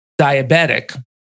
diabetic